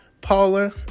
Paula